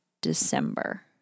December